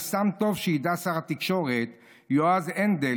זה סתם טוב שידע שר התקשורת יועז הנדל,